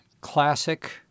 Classic